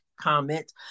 comment